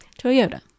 Toyota